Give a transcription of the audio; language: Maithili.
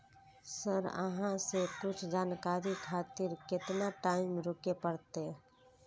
सर अहाँ से कुछ जानकारी खातिर केतना टाईम रुके परतें?